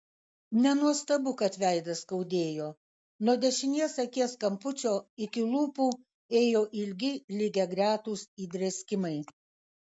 nenuostabu kad veidą skaudėjo nuo dešinės akies kampučio iki lūpų ėjo ilgi lygiagretūs įdrėskimai